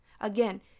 Again